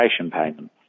payment